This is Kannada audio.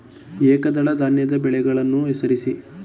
ಏಕದಳ ಧಾನ್ಯದ ಬೆಳೆಗಳನ್ನು ಹೆಸರಿಸಿ?